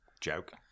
joke